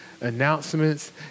announcements